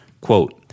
Quote